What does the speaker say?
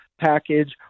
package